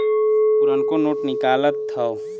पुरनको नोट निकालत हौ